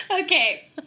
Okay